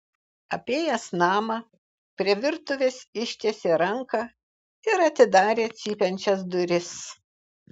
apėjęs namą prie virtuvės ištiesė ranką ir atidarė cypiančias duris